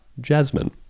jasmine